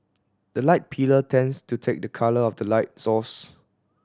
the light pillar tends to take the colour of the light source